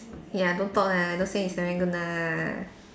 ya don't talk lah don't say it's Serangoon ah